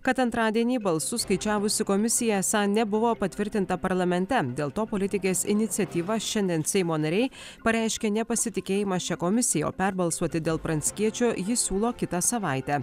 kad antradienį balsus skaičiavusi komisija esą nebuvo patvirtinta parlamente dėl to politikės iniciatyva šiandien seimo nariai pareiškė nepasitikėjimą šia komisija o perbalsuoti dėl pranckiečio ji siūlo kitą savaitę